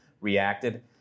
reacted